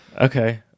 okay